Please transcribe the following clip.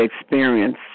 experience